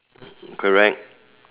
correct